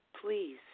please